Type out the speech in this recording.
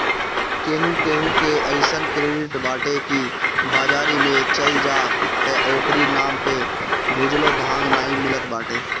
केहू केहू के अइसन क्रेडिट बाटे की बाजारी में चल जा त ओकरी नाम पे भुजलो भांग नाइ मिलत बाटे